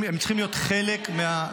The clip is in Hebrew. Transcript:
הם צריכים להיות חלק מהגיוס.